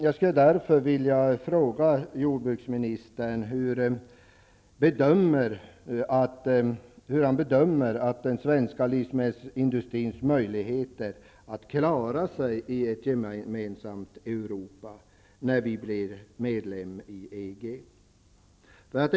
Jag skulle därför vilja fråga jordbruksministern hur han bedömer den svenska livsmedelsindustrins möjligheter att klara sig i ett gemensamt Europa när vi blir medlemmar i EG.